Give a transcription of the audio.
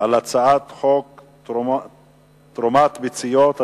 על הצעת חוק תרומת ביציות,